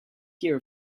hear